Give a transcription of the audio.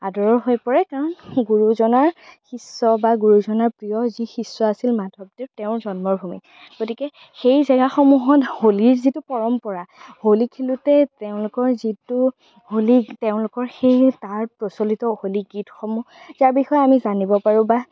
আদৰৰ হৈ পৰে কাৰণ গুৰুজনাৰ শিষ্য বা গুৰুজনাৰ প্ৰিয় যি শিষ্য আছিল মাধৱদেৱ তেওঁৰ জন্মভূমি গতিকে সেই জেগাসমূহত হোলীৰ যিটো পৰম্পৰা হোলী খেলোঁতে তেওঁলোকৰ যিটো হোলী তেওঁলোকৰ সেই তাৰ প্ৰচলিত হোলী গীতসমূহ যাৰ বিষয়ে আমি জানিব পাৰোঁ বা